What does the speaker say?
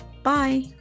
Bye